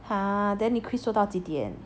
!huh! then 你 quiz 做到几点